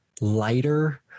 lighter